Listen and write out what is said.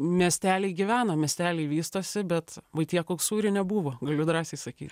miesteliai gyvena miesteliai vystosi bet vaitiekaus sūrinė buvo galiu drąsiai saky